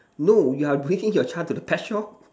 no you're bringing your child to the pet shop